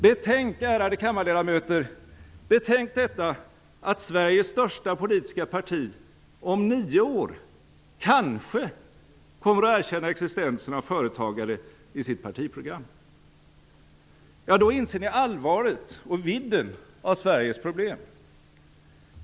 Betänk, ärade kammarledamöter, betänk detta att Sveriges största politiska parti om nio år kanske kommer att erkänna existensen av företagare i sitt partiprogram. Då inser ni allvaret och vidden av Sveriges problem.